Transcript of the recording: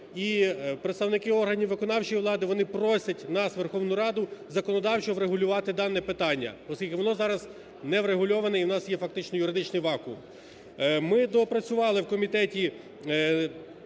і представники органів виконавчої влади, вони просять нас, Верховну Раду, законодавчо врегулювати дане питання, оскільки воно зараз не врегульоване і у нас є фактично юридичний вакуум. Ми доопрацювали в комітеті,